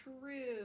True